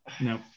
no